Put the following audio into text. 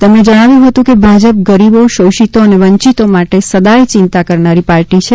તેમણે જણાવ્યું કે ભાજપ ગરીબો શોષિતો અને વંચિતો માટે સદાય ચિંતા કરનારી પાર્ટી છે